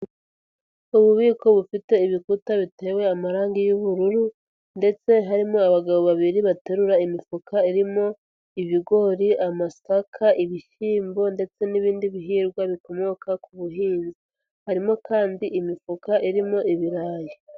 Ububiko bufite ibikuta bitewe amarangi y'ubururu, ndetse harimo abagabo babiri baterura imifuka irimo: ibigori, amasaka, ibishyimbo ndetse n'ibindi bihingwa bikomoka ku buhinzi, harimo kandi imifuka irimo ibirayi.